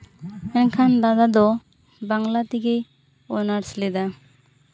ᱢᱮᱱᱠᱷᱟᱱ ᱫᱟᱫᱟ ᱫᱚ ᱵᱟᱝᱞᱟ ᱛᱮᱜᱮᱭ ᱚᱱᱟᱨᱥ ᱞᱮᱫᱟ